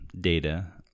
data